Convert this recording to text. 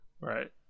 right